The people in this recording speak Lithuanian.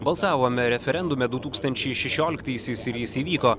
balsavome referendume du tūkstančiai šešioliktaisiais ir jis įvyko